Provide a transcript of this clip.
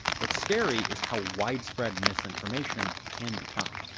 what's scary is how widespread misinformation can become.